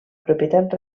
propietat